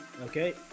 Okay